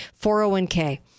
401k